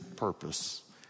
purpose